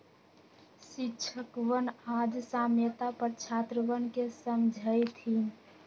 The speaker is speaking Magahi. शिक्षकवन आज साम्यता पर छात्रवन के समझय थिन